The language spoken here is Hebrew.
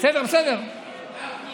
גם אני